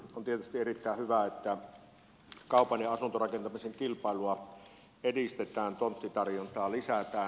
on tietysti erittäin hyvä että kaupan ja asuntorakentamisen kilpailua edistetään tonttitarjontaa lisätään